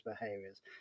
behaviors